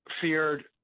feared